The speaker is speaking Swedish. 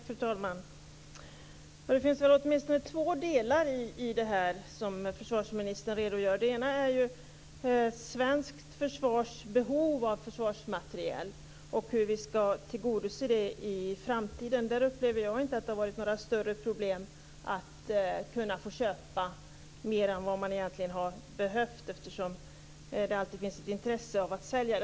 Fru talman! Det finns åtminstone två delar i försvarsministerns redogörelse. Den ena gäller svenska försvarets behov av försvarsmateriel och hur vi ska kunna tillgodose det i framtiden. Jag upplever inte att det har varit några större problem att få köpa mer än vad man egentligen har behövt, eftersom det alltid finns ett intresse av att sälja.